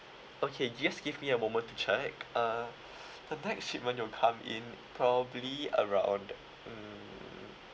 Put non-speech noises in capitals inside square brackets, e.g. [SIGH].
okay just give me a moment to check uh [BREATH] the next shipment will come in probably around mm